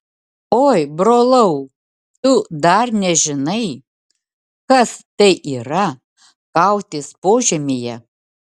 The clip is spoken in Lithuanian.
oi brolau tu dar nežinai kas tai yra kautis požemyje